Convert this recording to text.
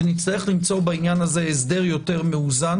שנצטרך למצוא בעניין הזה הסדר יותר מאוזן